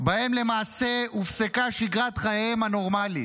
שבהם למעשה הופסקה שגרת חייהם הנורמלית.